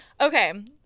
okay